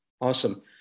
Awesome